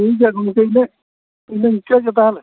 ᱴᱷᱤᱠ ᱜᱮᱭᱟ ᱜᱚᱢᱠᱮ ᱤᱧᱟᱹᱜ ᱤᱱᱟᱹ ᱢᱩᱪᱟᱹᱫ ᱜᱮ ᱛᱟᱦᱚᱞᱮ